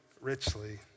richly